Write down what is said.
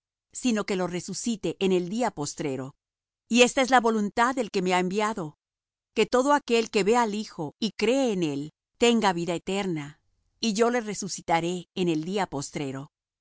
sino que lo resucite en el día postrero y esta es la voluntad del que me ha enviado que todo aquel que ve al hijo y cree en él tenga vida eterna y yo le resucitaré en el día postrero